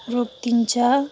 रोकिदिन्छ